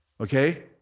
Okay